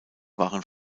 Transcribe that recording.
waren